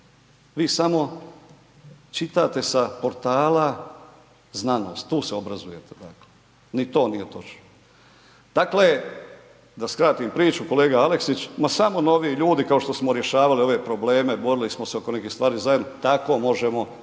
Vi samo čitate sa portala znanost, tu se obrazujete dakle, ni to nije točno. Dakle, da skratim priču kolega Aleksić, ma samo novi ljudi kao što smo rješavali ove probleme, borili smo se oko nekih stvari zajedno, tako možemo